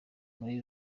muri